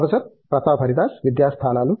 professor Pratap Haridas విద్యా స్థానాలు